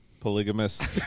polygamous